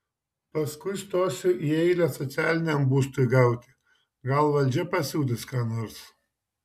paskui stosiu į eilę socialiniam būstui gauti gal valdžia pasiūlys ką nors